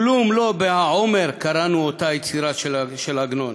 "כלום לא ב'העומר' קראנו אותה היצירה של ש"י עגנון.